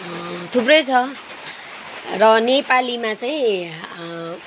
थुप्रै छ र नेपालीमा चाहिँ